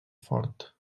fort